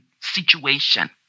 situation